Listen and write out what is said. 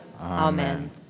Amen